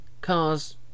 cars